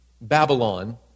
Babylon